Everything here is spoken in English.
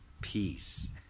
peace